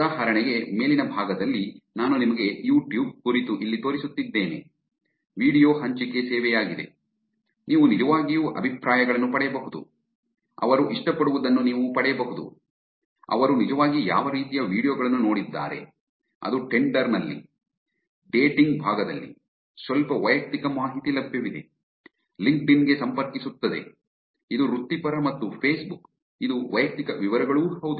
ಉದಾಹರಣೆಗೆ ಮೇಲಿನ ಭಾಗದಲ್ಲಿ ನಾನು ನಿಮಗೆ ಯು ಟ್ಯೂಬ್ ಕುರಿತು ಇಲ್ಲಿ ತೋರಿಸುತ್ತಿದ್ದೇನೆ ವೀಡಿಯೊ ಹಂಚಿಕೆ ಸೇವೆಯಾಗಿದೆ ನೀವು ನಿಜವಾಗಿಯೂ ಅಭಿಪ್ರಾಯಗಳನ್ನು ಪಡೆಯಬಹುದು ಅವರು ಇಷ್ಟಪಡುವದನ್ನು ನೀವು ಪಡೆಯಬಹುದು ಅವರು ನಿಜವಾಗಿ ಯಾವ ರೀತಿಯ ವೀಡಿಯೊ ಗಳನ್ನು ನೋಡಿದ್ದಾರೆ ಅದು ಟಿಂಡರ್ ನಲ್ಲಿ ಡೇಟಿಂಗ್ ಭಾಗದಲ್ಲಿ ಸ್ವಲ್ಪ ವೈಯಕ್ತಿಕ ಮಾಹಿತಿ ಲಭ್ಯವಿದೆ ಲಿಂಕ್ಡ್ಇನ್ ಗೆ ಸಂಪರ್ಕಿಸುತ್ತದೆ ಇದು ವೃತ್ತಿಪರ ಮತ್ತು ಫೇಸ್ಬುಕ್ ಇದು ವೈಯಕ್ತಿಕ ವಿವರಗಳೂ ಹೌದು